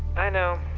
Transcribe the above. i know.